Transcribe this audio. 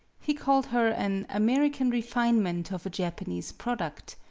he called her an american refinement of a japanese product,